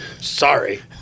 Sorry